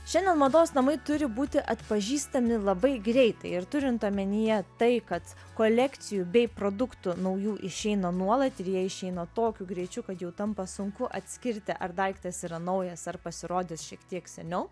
šiandien mados namai turi būti atpažįstami labai greitai ir turint omenyje tai kad kolekcijų bei produktų naujų išeina nuolat ir jie išeina tokiu greičiu kad jau tampa sunku atskirti ar daiktas yra naujas ar pasirodęs šiek tiek seniau